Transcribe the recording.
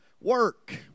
work